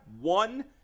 one